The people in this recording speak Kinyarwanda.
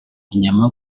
inyama